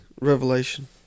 Revelation